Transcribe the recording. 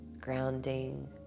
Grounding